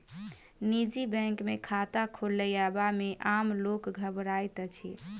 निजी बैंक मे खाता खोलयबा मे आम लोक घबराइत अछि